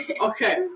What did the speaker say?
Okay